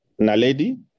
Naledi